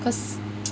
cause